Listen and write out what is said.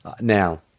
Now